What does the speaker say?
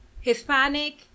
Hispanic